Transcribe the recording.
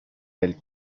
del